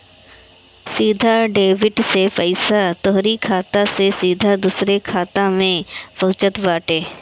सीधा डेबिट से पईसा तोहरी खाता से सीधा दूसरा के खाता में पहुँचत बाटे